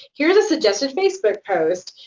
here's a suggested facebook post.